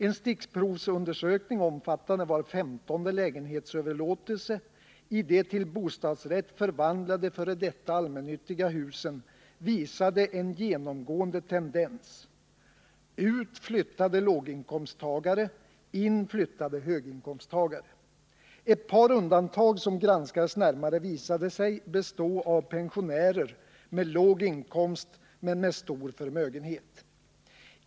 En stickprovsundersökning omfattande var femtonde lägenhetsöverlåtelse i de till bostadsrätt förvandlade f. d. allmännyttiga husen visade en genomgående tendens: ut flyttade låginkomsttagare, in flyttade höginkomsttagare. Ett par undantag som granskades närmare visade sig bestå av pensionärer med låg inkomst men med stor förmögenhet.